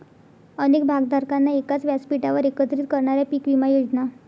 अनेक भागधारकांना एकाच व्यासपीठावर एकत्रित करणाऱ्या पीक विमा योजना